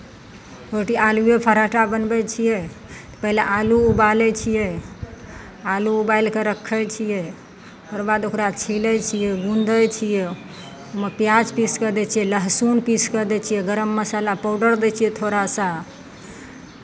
रोटी आलुए पराठा बनबै छियै पहिले आलू उबालै छियै आलू उबालि कऽ रखै छियै ओकर बाद ओकरा छीलै छियै गूँदै छियै ओहिमे पियाज पीस कऽ दै छियै लहसुन पीस कऽ दै छियै गरम मसाला पाउडर दै छियै थोड़ा सा